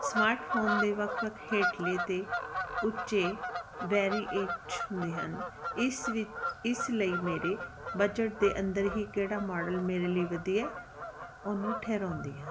smartphone ਦੇ ਵੱਖ ਵੱਖ ਹੇਠਲੇ ਅਤੇ ਉੱਚੇ ਵੈਰੀਇਚ ਹੁੰਦੇ ਹਨ ਇਸ ਵਿੱਚ ਇਸ ਲਈ ਮੇਰੇ ਬਜਟ ਦੇ ਅੰਦਰ ਹੀ ਕਿਹੜਾ ਮਾਡਲ ਮੇਰੇ ਲਈ ਵਧੀਆ ਉਹਨੂੰ ਠਹਿਰਾਉਂਦੀ ਹਾਂ